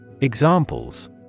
Examples